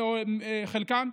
חלקם.